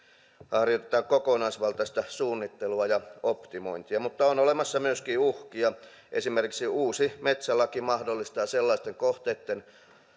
harjoitetaan kokonaisvaltaista suunnittelua ja optimointia mutta on olemassa myöskin uhkia esimerkiksi uusi metsälaki mahdollistaa sellaisten kohteitten